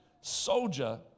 soldier